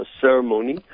ceremony